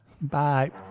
Bye